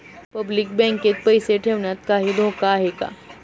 Public बँकेत पैसे ठेवण्यात काही धोका आहे का?